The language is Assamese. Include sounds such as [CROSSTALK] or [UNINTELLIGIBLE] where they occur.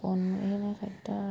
[UNINTELLIGIBLE]